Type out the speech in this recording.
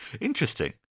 interesting